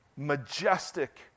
Majestic